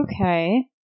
Okay